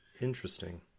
interesting